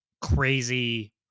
crazy